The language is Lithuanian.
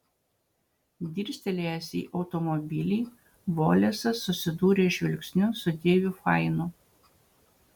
dirstelėjęs į automobilį volesas susidūrė žvilgsniu su deiviu fainu